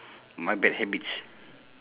my bad habits